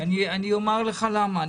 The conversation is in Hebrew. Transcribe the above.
אני אומר לך למה.